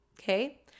okay